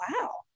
wow